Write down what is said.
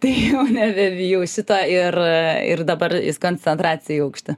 tai jau nebebijau šito ir ir dabar eis koncentracija į aukštį